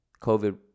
covid